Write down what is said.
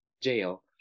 jail